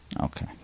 Okay